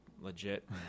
legit